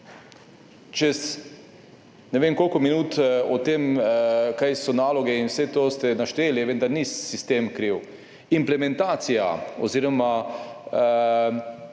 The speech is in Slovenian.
Čez, ne vem koliko minut o tem, kaj so naloge in vse to ste našteli, vendar ni sistem kriv. Implementacija oziroma